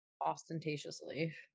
ostentatiously